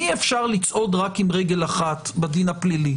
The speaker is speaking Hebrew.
אי-אפשר לצעוד רק עם רגל אחת בדין הפלילי.